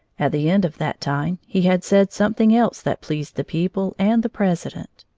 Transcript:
at the end of that time, he had said something else that pleased the people and the president.